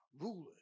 rulers